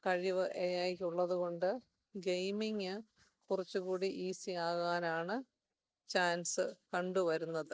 കഴിവ് എ ഐക്ക് ഉള്ളതുകൊണ്ട് ഗെയിമിംഗ് കുറച്ചുകൂടി ഈസിയാകാനാണ് ചാൻസ് കണ്ടുവരുന്നത്